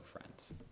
friends